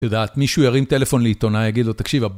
את יודעת, מישהו ירים טלפון לעיתונאי, יגיד לו תקשיב...